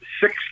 six